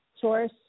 Source